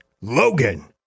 Logan